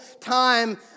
time